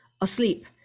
asleep